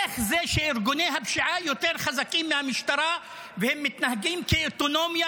איך זה שארגוני הפשיעה יותר חזקים מהמשטרה והם מתנהגים כאוטונומיה,